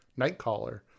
Nightcaller